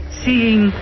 seeing